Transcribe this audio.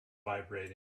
vibrating